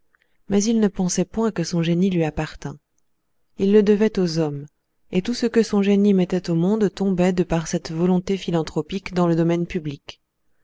mais il ne pensait point que son génie lui appartînt il le devait aux hommes et tout ce que son génie mettait au monde tombait de par cette volonté philanthropique dans le domaine public